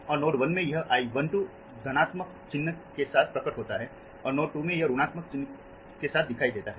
और नोड 1 में यह I12 धनात्मक चिह्न के साथ प्रकट होता है और नोड 2 में यह ऋणात्मक चिह्न के साथ दिखाई देता है